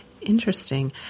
interesting